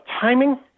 timing